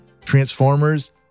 Transformers